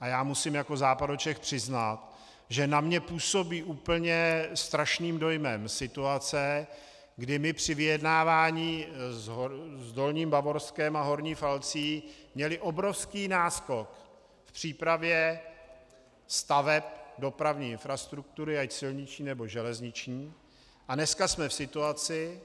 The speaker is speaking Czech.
A já musím jako Západočech přiznat, že na mě působí úplně strašným dojmem situace, kdy my při vyjednávání s Dolním Bavorskem a Horní Falcí měli obrovský náskok v přípravě staveb dopravní infrastruktury, ať silniční, nebo železniční, a dneska jsme v situaci,